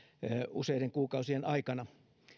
useiden kuukausien aikana